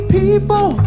people